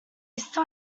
still